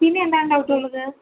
പിന്നെ എന്താണ് ഡൗട്ട് ഉള്ളത്